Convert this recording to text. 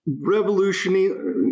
Revolutionary